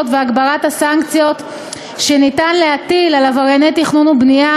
והגברת הסנקציות שניתן להטיל על עברייני תכנון ובנייה,